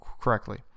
correctly